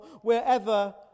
Wherever